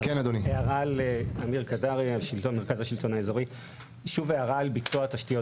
הערה על ביצוע תשתיות.